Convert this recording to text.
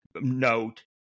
note